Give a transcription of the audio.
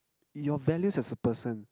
your values as a person